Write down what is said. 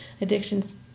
addictions